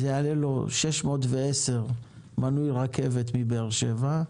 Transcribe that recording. זה יעלה 610 מנוי רכבת מבאר שבע,